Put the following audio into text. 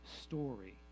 story